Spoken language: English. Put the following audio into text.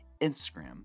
Instagram